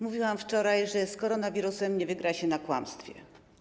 Mówiłam wczoraj, że z koronawirusem nie wygra się kłamstwem.